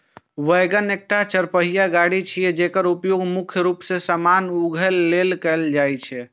wagon एकटा चरपहिया गाड़ी छियै, जेकर उपयोग मुख्य रूप मे सामान उघै लेल कैल जाइ छै